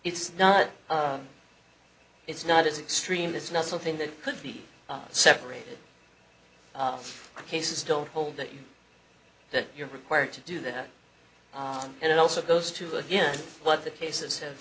it's not it's not it's extreme it's not something that could be separated cases don't hold that you that you're required to do that and it also goes to again what the cases have